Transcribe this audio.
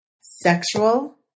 sexual